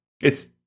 It's-